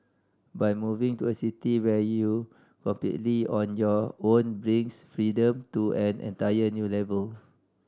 but moving to a city where you completely on your own brings freedom to an entire new level